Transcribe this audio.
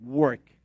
work